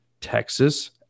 Texas